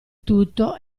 tutto